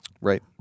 Right